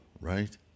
right